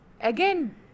again